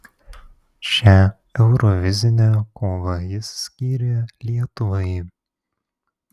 šią eurovizinę kovą jis skyrė lietuvai